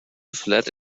fled